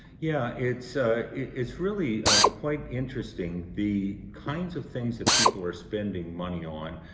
yeah, it's ah it's really quite interesting the kinds of things that people are spending money on.